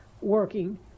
working